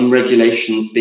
regulations